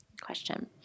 Question